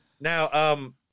Now